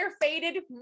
Faded